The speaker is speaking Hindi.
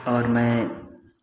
और मैं